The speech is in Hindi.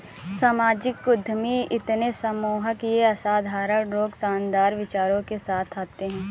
सामाजिक उद्यमी इतने सम्मोहक ये असाधारण लोग शानदार विचारों के साथ आते है